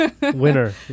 Winner